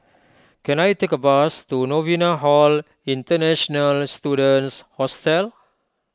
can I take a bus to Novena Hall International Students Hostel